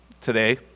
today